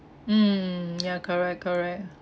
mm yeah correct correct